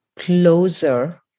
closer